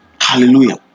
Hallelujah